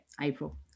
April